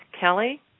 Kelly